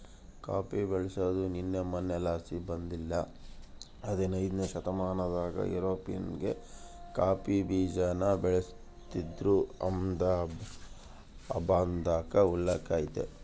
coffee ಬೆಳ್ಸಾದು ನಿನ್ನೆ ಮನ್ನೆಲಾಸಿ ಬಂದಿದ್ದಲ್ಲ ಹದನೈದ್ನೆ ಶತಮಾನದಾಗ ಯುರೋಪ್ನಾಗ ಕಾಫಿ ಬೀಜಾನ ಬೆಳಿತೀದ್ರು ಅಂಬಾದ್ಕ ಉಲ್ಲೇಕ ಐತೆ